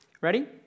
Ready